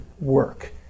work